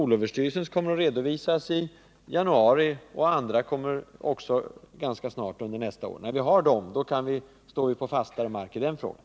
Skolöverstyrelsen kommer att redovisa resultatet av sin undersökning i januari, och andra kommer att redovisa sina resultat ganska snart under nästa år. När vi fått resultatet av dessa undersökningar kan vi stå på fastare mark i den här frågan.